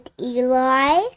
Eli